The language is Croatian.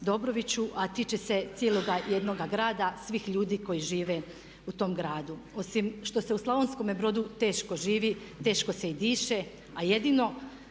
Dobroviću a tiče se cijeloga jednoga grada, svih ljudi koji žive u tom gradu. Osim što se u Slavonskome Brodu teško živi, teško se i diše a jedino